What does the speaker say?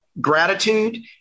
gratitude